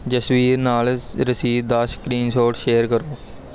ਜਸਬੀਰ ਨਾਲ ਰਸੀਦ ਦਾ ਸਕ੍ਰੀਨਸ਼ੋਟ ਸ਼ੇਅਰ ਕਰੋ